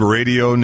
Radio